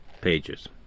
pages